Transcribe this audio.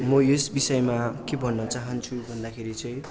म यस विषयमा के भन्न चाहन्छु भन्दाखेरि चाहिँ